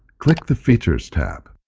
click the features tab.